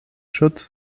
schutz